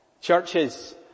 Churches